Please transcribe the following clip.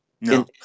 no